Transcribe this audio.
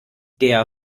der